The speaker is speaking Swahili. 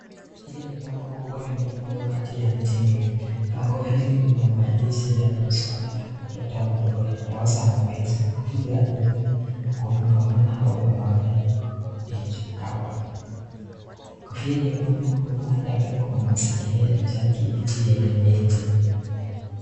Hili ni bango kubwa lililofungwa kati miti miwili, bango hili lina maandishi yanayo someka; Docto r Mandore , dawa za mapenzi, nguvu za kiume, kufungamana au muame dh hawakofia nyekundu nyuma yake imezingirwa ya kijani kibichi yenye miti.